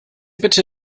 bitte